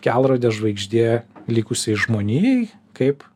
kelrodė žvaigždė likusiai žmonijai kaip